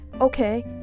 Okay